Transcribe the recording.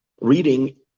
reading